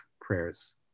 prayers